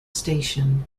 station